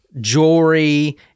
jewelry